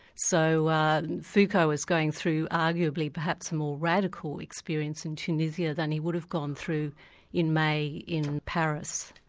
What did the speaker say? so foucault was going through arguably perhaps a more radical experience in tunisia than he would have gone through in may in paris.